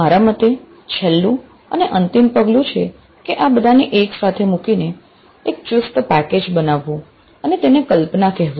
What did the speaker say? મારા મતે છેલ્લું અને અંતિમ પગલું છે કે આ બધાને એક સાથે મૂકીને એક ચુસ્ત પેકેજ બનાવવું અને તેને કલ્પના કહેવું